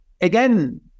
again